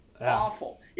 awful